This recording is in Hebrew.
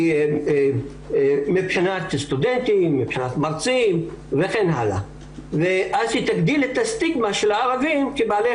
אני כמעט ולא שומע התייחסויות פוליטיות כאילו שיש כאן התנהלות בעייתית.